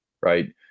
right